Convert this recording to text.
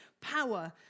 power